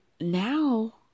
now